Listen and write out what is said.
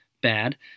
bad